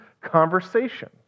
conversation